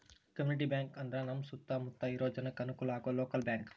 community bank ಅಂದ್ರ ನಮ್ ಸುತ್ತ ಮುತ್ತ ಇರೋ ಜನಕ್ಕೆ ಅನುಕಲ ಆಗೋ ಲೋಕಲ್ ಬ್ಯಾಂಕ್